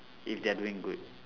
if they are doing good